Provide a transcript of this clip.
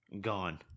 gone